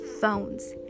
phones